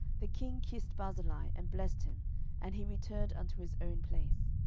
the king kissed barzillai, and blessed him and he returned unto his own place.